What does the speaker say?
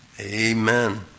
Amen